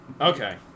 Okay